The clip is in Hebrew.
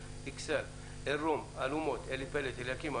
אלייקים,